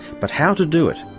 but how to do it?